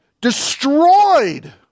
destroyed